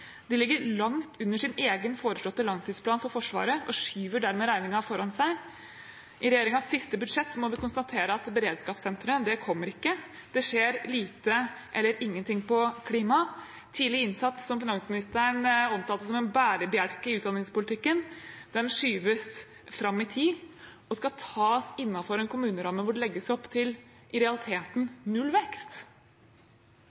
De ligger langt under sin egen foreslåtte langtidsplan for Forsvaret og skyver dermed regningen foran seg. I regjeringens siste budsjett må vi konstatere at beredskapssenteret ikke kommer. Det skjer lite eller ingenting på klima. Tidlig innsats, som finansministeren omtalte som en bærebjelke i utdanningspolitikken, skyves fram i tid og skal tas innenfor en kommuneramme hvor det legges opp til i realiteten